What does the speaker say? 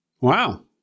Wow